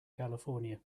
california